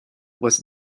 was